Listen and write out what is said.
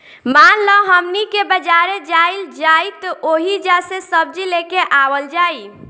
मान ल हमनी के बजारे जाइल जाइत ओहिजा से सब्जी लेके आवल जाई